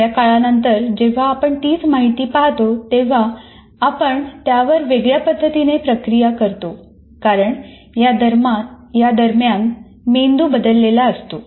थोड्या काळानंतर जेव्हा आपण तीच माहिती पाहतो तेव्हा आपण त्यावर वेगळ्या पद्धतीने प्रक्रिया करतो कारण यादरम्यान मेंदू बदललेला असतो